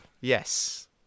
yes